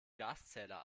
gaszähler